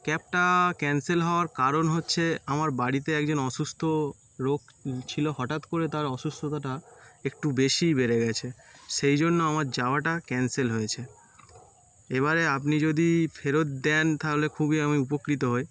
ক্যাবটা ক্যান্সেল হওয়ার কারণ হচ্ছে আমার বাড়িতে একজন অসুস্ত রোগ ছিলো হঠাৎ করে তার অসুস্থতাটা একটু বেশিই বেড়ে গেছে সেই জন্য আমার যাওয়াটা ক্যান্সেল হয়েছে এবারে আপনি যদি ফেরত দেন তাহলে খুবই আমি উপকৃত হই